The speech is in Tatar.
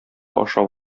ашап